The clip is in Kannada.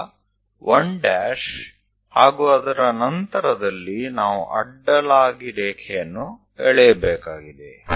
ಈಗ 1' ಹಾಗೂ ಅದರ ನಂತರದಲ್ಲಿ ನಾವು ಅಡ್ಡಲಾಗಿ ರೇಖೆಯನ್ನು ಎಳೆಯಬೇಕಾಗಿದೆ